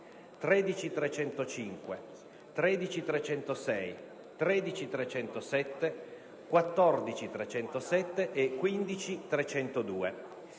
13.305, 13.306, 13.307, 14.307 e 15.302.